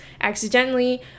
accidentally